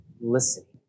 listening